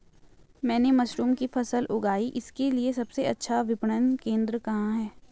मैंने मशरूम की फसल उगाई इसके लिये सबसे अच्छा विपणन केंद्र कहाँ है?